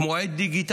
כמו עט דיגיטלי